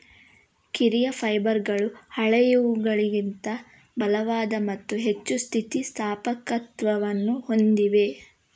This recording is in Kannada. ಕಿರಿಯ ಫೈಬರ್ಗಳು ಹಳೆಯವುಗಳಿಗಿಂತ ಬಲವಾದ ಮತ್ತು ಹೆಚ್ಚು ಸ್ಥಿತಿ ಸ್ಥಾಪಕತ್ವವನ್ನು ಹೊಂದಿವೆ